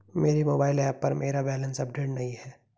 मेरे mobile app पर मेरा बैलेंस अपडेट नहीं है